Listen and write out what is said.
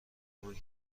همونی